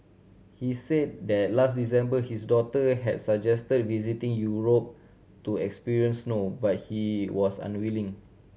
he said that last December his daughter has suggested visiting Europe to experience snow but he was unwilling